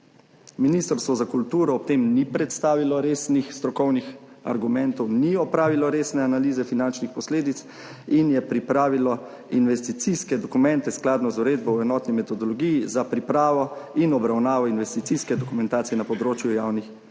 Ministrstvo za kulturo ob tem ni predstavilo resnih strokovnih argumentov, ni opravilo resne analize finančnih posledic in je pripravilo investicijske dokumente skladno z Uredbo o enotni metodologiji za pripravo in obravnavo investicijske dokumentacije na področju javnih financ.